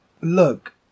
look